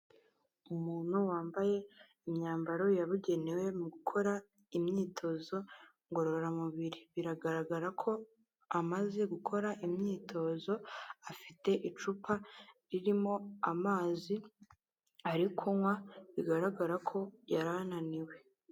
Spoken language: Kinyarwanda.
Umuntu wambaye imyambaro yabugenewe mu gukora imyitozo ngororamubiri, biragaragara ko amaze gukora imyitozo afite icupa ririmo amazi ari kunywa bigaragara ko yari ananiwe.